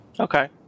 Okay